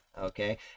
okay